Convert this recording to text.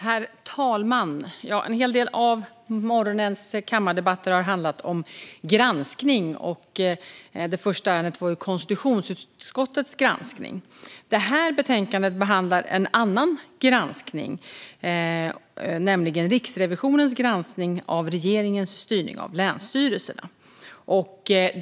Herr talman! En hel del av morgonens kammardebatter har handlat om granskning, och det första ärendet var ju konstitutionsutskottets granskning. Detta betänkande behandlar en annan granskning, nämligen Riksrevisionens granskning av regeringens styrning av länsstyrelserna.